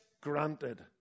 granted